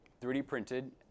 3D-printed